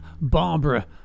Barbara